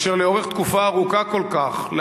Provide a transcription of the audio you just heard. ואשר לאורך תקופה ארוכה כל כך,